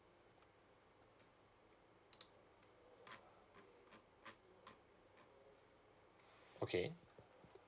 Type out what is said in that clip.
okay